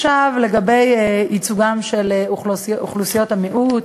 עכשיו, לגבי ייצוגן של אוכלוסיות המיעוט.